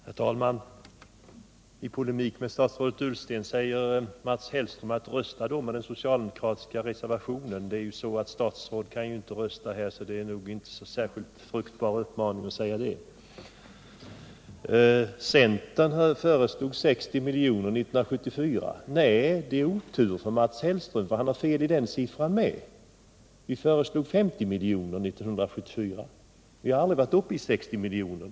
Herr talman! I polemik med statsrådet Ullsten säger Mats Hellström: Rösta med den socialdemokratiska reservationen! Statsråd kan inte rösta här, så det är inte en särskilt fruktbar uppmaning. Centern föreslog 60 miljoner år 1974 till Cuba, sade Mats Hellström. Han har otur — han har fel också beträffande den siffran. Vi föreslog 50 milj.kr. år 1974. Vi i centern har aldrig varit uppe i 60 miljoner.